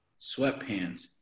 sweatpants